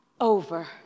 over